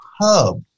hub